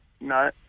No